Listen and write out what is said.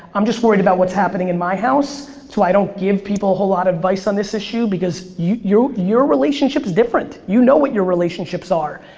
i'm just worried about what's happening in my house, so i don't give people whole lot of advice on this issue because your your relationship is different. you know what your relationships are.